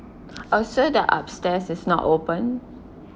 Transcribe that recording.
oh so the upstairs is not open